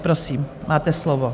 Prosím, máte slovo.